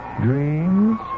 dreams